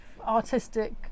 artistic